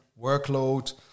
workload